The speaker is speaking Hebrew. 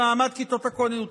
במעמד כיתות הכוננות.